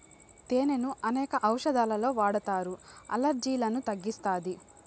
తేనెను అనేక ఔషదాలలో వాడతారు, అలర్జీలను తగ్గిస్తాది